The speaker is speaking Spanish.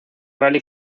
rally